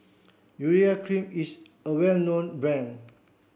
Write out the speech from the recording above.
Urea Cream is a well known brand